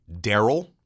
Daryl